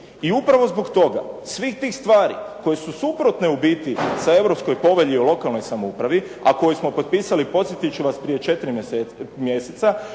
I upravo zbog toga svih tih stvari koje su suprotne u biti sa Europskoj povelji o lokalnoj samoupravi a koju smo potpisali, podsjetiti ću vas prije četiri mjeseca